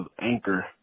anchor